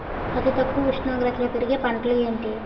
అతి తక్కువ ఉష్ణోగ్రతలో పెరిగే పంటలు ఏంటి?